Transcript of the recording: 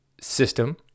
system